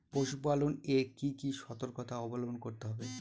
পশুপালন এ কি কি সর্তকতা অবলম্বন করতে হবে?